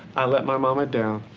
i let my mama down,